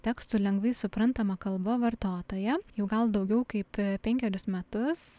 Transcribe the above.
tekstų lengvai suprantama kalba vartotoja jau gal daugiau kaip penkerius metus